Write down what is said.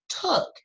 took